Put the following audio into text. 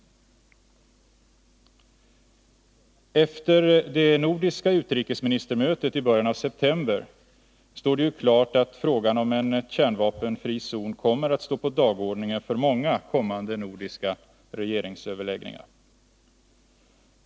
Efter det nordiska utrikesministermötet i början av september stod det ju klart att frågan om en kärnvapenfri zon kommer att finnas på dagordningen vid många kommande nordiska regeringsöverläggningar.